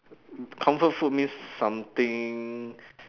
comfort food means something